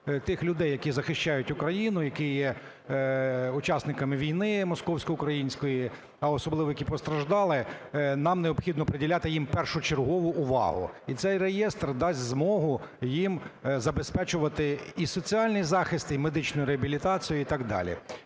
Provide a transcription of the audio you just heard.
тих людей, які захищають Україну, які є учасниками війни московсько-української, а особливо які постраждали, нам необхідно приділяти їм першочергову увагу, і цей реєстр дасть змогу їм забезпечувати і соціальний захист, і медичну реабілітацію, і так далі.